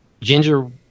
ginger